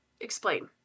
explain